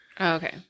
Okay